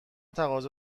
تقاضا